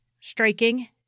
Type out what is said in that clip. striking